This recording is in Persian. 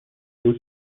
پوش